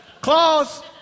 Claus